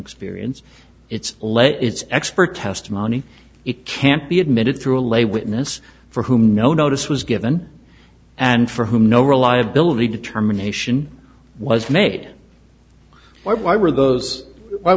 experience it's led it's expert testimony it can't be admitted through a lay witness for whom no notice was given and for whom no reliability determination was made why were those wh